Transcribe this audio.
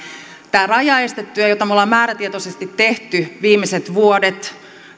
tämä rajaestetyö jota me olemme määrätietoisesti tehneet viimeiset vuodet